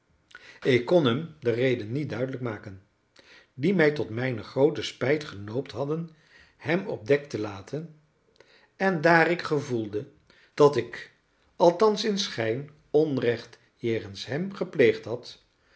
ik kon hem de reden niet duidelijk maken die mij tot mijne groote spijt genoopt hadden hem op dek te laten en daar ik gevoelde dat ik althans in schijn onrecht jegens hem gepleegd had